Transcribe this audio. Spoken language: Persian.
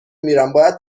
میرم، باید